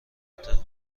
البته